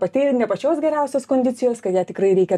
pati ne pačios geriausios kondicijos kad ją tikrai reikia